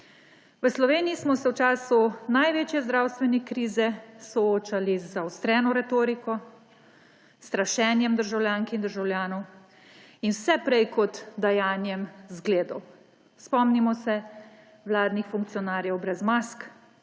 V Sloveniji smo se v času največje zdravstvene krize soočali z zaostreno retoriko, strašenjem državljank in državljanov in vse prej kot dajanjem zgledov. Spomnimo se vladnih funkcionarjev brez mask